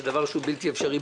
זה דבר שהוא בלתי אפשרי.